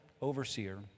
overseer